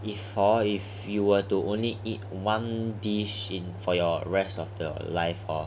if hor you were to only eat one dish for the rest of your life hor